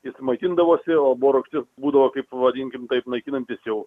jis maitindavosi o boro rūgštis būdavo kaip vadinkim taip naikinantis jau